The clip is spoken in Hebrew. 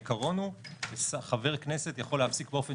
העיקרון הוא שחבר כנסת יכול להפסיק באופן